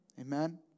Amen